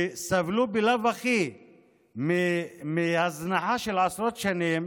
שסבלו בלאו הכי מהזנחה של עשרות שנים,